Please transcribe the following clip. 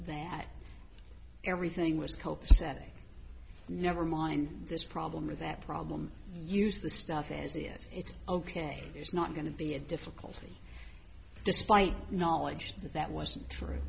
that everything was copacetic never mind this problem or that problem use the stuff as yet it's ok it's not going to be a difficulty despite knowledge that wasn't true